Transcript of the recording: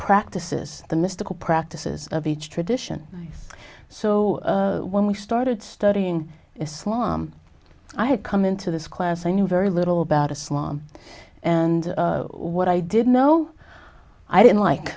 practices the mystical practices of each tradition so when we started studying islam i had come into this class i knew very little about islam and what i didn't know i didn't like